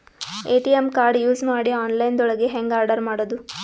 ATM card use ಮಾಡಿ online ದೊಳಗೆ ಹೆಂಗ್ ಆರ್ಡರ್ ಮಾಡುದು?